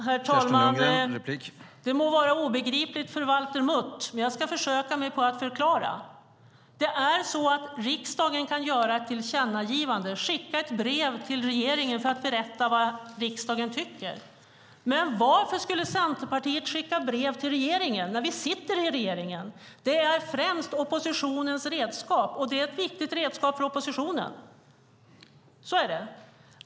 Herr talman! Det må vara obegripligt för Valter Mutt, men jag ska försöka mig på att förklara. Riksdagen kan göra ett tillkännagivande, alltså skicka ett brev till regeringen för att berätta vad riksdagen tycker. Men varför skulle Centerpartiet skicka brev till regeringen när vi sitter i regeringen? Det är främst oppositionens redskap, och det är ett viktigt redskap för oppositionen.